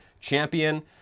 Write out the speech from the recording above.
champion